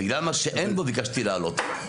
בגלל מה שאין בו ביקשתי להעלות.